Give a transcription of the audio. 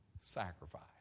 sacrifice